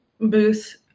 booth